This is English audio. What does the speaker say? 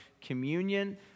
communion